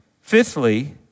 Fifthly